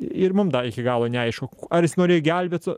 ir mum dar iki galo neaišku ar jis norėj gelbėti